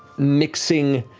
mixing